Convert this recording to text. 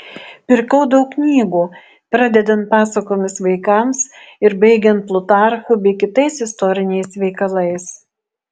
pirkau daug knygų pradedant pasakomis vaikams ir baigiant plutarchu bei kitais istoriniais veikalais